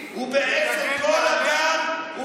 ובעצם כל אדם,